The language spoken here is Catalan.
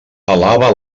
alaba